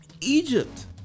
Egypt